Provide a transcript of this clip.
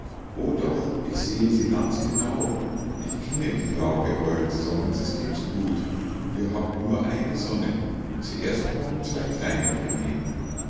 o doch ich sehe sie ganz genau ich kenne die lage eueres sonnensystems gut ihr habt nur eine sonne zuerst kommen zwei kleine planeten